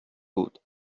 بود